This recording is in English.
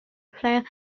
player